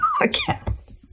podcast